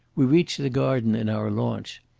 we reach the garden in our launch.